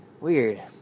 weird